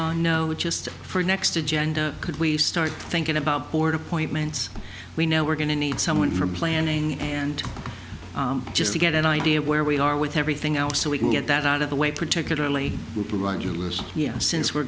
know just for next agenda could we start thinking about board appointments we know we're going to need someone from planning and just to get an idea of where we are with everything else so we can get that out of the way particularly to provide us since we're